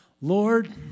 Lord